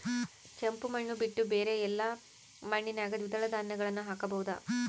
ಕೆಂಪು ಮಣ್ಣು ಬಿಟ್ಟು ಬೇರೆ ಎಲ್ಲಾ ಮಣ್ಣಿನಾಗ ದ್ವಿದಳ ಧಾನ್ಯಗಳನ್ನ ಹಾಕಬಹುದಾ?